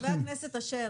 חבר הכנסת מקלב,